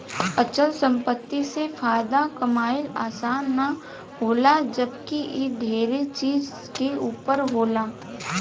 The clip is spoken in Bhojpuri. अचल संपत्ति से फायदा कमाइल आसान ना होला जबकि इ ढेरे चीज के ऊपर होला